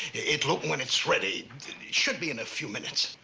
it'll open when it's ready. it should be in a few minutes.